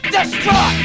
Destroy